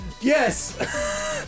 Yes